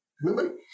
Remember